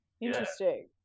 Interesting